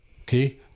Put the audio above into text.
Okay